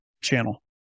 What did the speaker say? channel